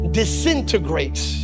disintegrates